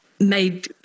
made